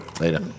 Later